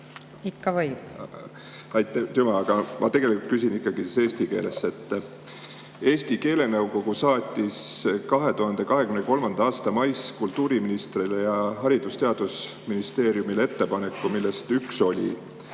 Ikka võib. Aitüma! Aga ma tegelikult küsin ikkagi eesti keeles. Eesti keelenõukogu saatis 2023. aasta mais kultuuriministrile ja Haridus- ja Teadusministeeriumile ettepanekud, millest üks oli